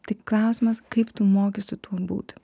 tik klausimas kaip tu moki su tuo būti